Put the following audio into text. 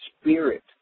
spirit